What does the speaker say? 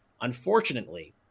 Unfortunately